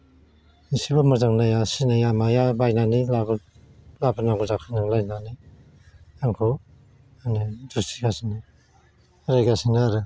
एसेबो मोजां नाया सिनाया माया बायनानै लाबो लाबोनांगौ जाखो नोंलाय होन्नानै आंखौ माने दुसिगासिनो रायगासिनो आरो